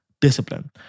discipline